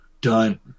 Done